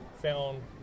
found